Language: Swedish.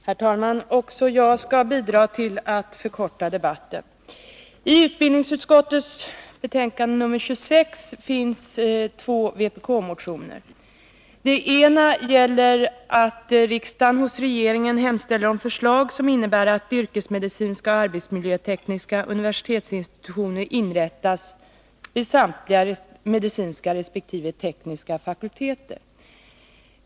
Herr talman! Också jag skall bidra till att förkorta debatten. I utbildningsutskottets betänkande 26 behandlas två vpk-motioner. Den ena gäller att riksdagen hos regeringen hemställer om förslag som innebär att yrkesmedicinska och arbetsmiljötekniska universitetsinstitutioner inrättas vid samtliga medicinska resp. tekniska fakulteter.